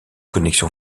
connexion